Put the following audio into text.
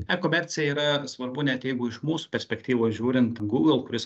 e komercija yra svarbu net jeigu iš mūsų perspektyvos žiūrint google kuris